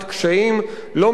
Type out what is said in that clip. לא מעט הפרזות,